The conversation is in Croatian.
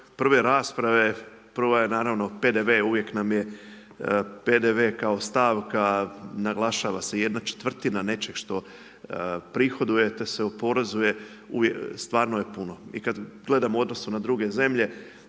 prve rasprave, prvo je naravno PDV, uvijek nam je PDV kao stavka, naglašava se jedna četvrtina nečeg što prihoduje, te se oporezuje, stvarno je puno. I kad gledamo u odnosu na druge zemlje,